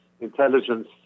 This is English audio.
intelligence